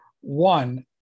One